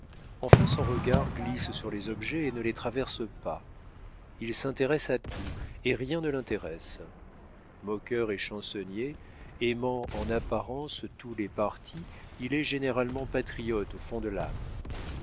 enfin son regard glisse sur les objets et ne les traverse pas il s'intéresse à tout et rien ne l'intéresse moqueur et chansonnier aimant en apparence tous les partis il est généralement patriote au fond de l'âme